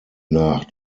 nach